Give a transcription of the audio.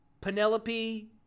Penelope